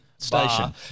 station